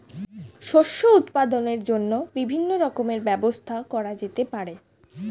শস্য উৎপাদনের জন্য বিভিন্ন রকমের ব্যবস্থা করা যেতে পারে